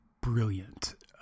brilliant